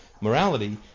morality